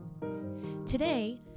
today